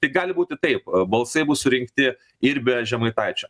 tai gali būti taip balsai bus surinkti ir be žemaitaičio